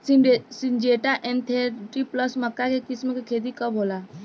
Syngenta NK thirty plus मक्का के किस्म के खेती कब होला?